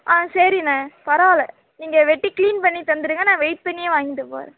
ஆ சரிண்ண பரவாயில்ல நீங்கள் வெட்டி கிளீன் பண்ணி தந்துடுங்க நான் வெய்ட் பண்ணி வாங்கிகிட்டு போகிறேன்